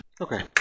Okay